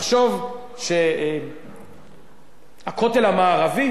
לחשוב שהכותל המערבי,